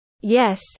Yes